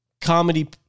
comedy